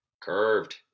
Curved